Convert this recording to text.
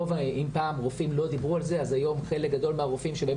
אם פעם רופאים לא דיברו על זה אז היום חלק גדול מהרופאים שבאים